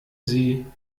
sie